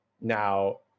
Now